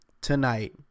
tonight